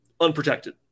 unprotected